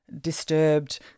disturbed